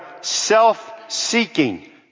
self-seeking